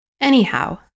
Anyhow